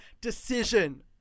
decision